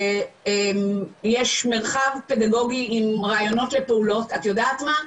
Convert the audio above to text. שיש מרחב פדגוגי עם רעיונות לפעולות, את יודעת מה?